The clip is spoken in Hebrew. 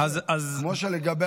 כמו שלגבי,